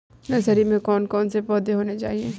Nursery में कौन कौन से पौधे होने चाहिए?